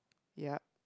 yup